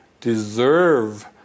deserve